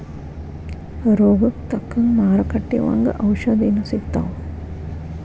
ರೋಗಕ್ಕ ತಕ್ಕಂಗ ಮಾರುಕಟ್ಟಿ ಒಂಗ ಔಷದೇನು ಸಿಗ್ತಾವ